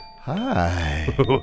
Hi